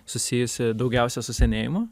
susijusi daugiausia su senėjimu